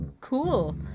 cool